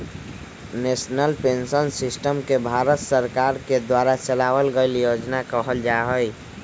national pension system के भारत सरकार के द्वारा चलावल गइल योजना कहल जा हई